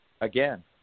again